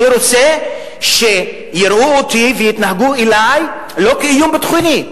אני רוצה שיראו אותי ויתנהגו אלי לא כאיום ביטחוני,